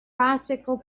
bycicle